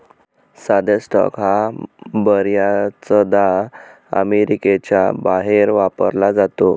साधा स्टॉक हा शब्द बर्याचदा अमेरिकेच्या बाहेर वापरला जातो